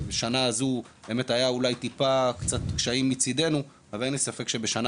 השנה היו אולי קצת קשיים מצדנו אבל אין לי ספק שבשנה